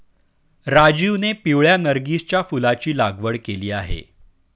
राजीवने पिवळ्या नर्गिसच्या फुलाची लागवड केली आहे